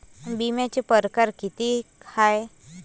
बिम्याचे परकार कितीक हाय?